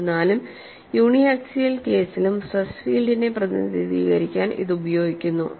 എന്നിരുന്നാലും uniaxial കേസിലും stress ഫീൽഡിനെ പ്രതിനിധീകരിക്കാൻ ഇത് ഉപയോഗിക്കുന്നു